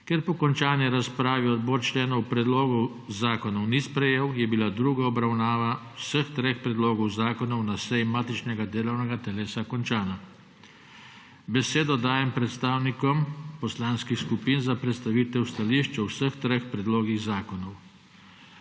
Ker po končani razpravo odbor členov predlogov zakonov ni sprejel, je bila druga obravnava vseh treh predlogov zakonov na seji matičnega delovnega telesa končana. Besedo dajem predstavnikov poslanskih skupin za predstavitev stališč o vseh treh predlogih zakonov.